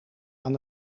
aan